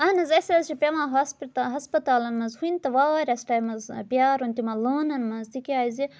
اَہَن حظ أسۍ حظ چھِ پٮ۪وان ہاسپِٹل ہَسپَتالَن منٛز کُنہِ تہِ واریاہَس ٹایم حظ پرٛارُن تِمَن لٲنَن منٛز تِکیٛازِ